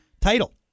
title